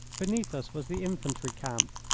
beneath us was the infantry camp,